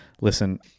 Listen